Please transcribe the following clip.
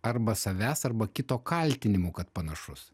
arba savęs arba kito kaltinimu kad panašus